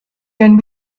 can